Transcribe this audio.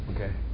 okay